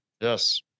Yes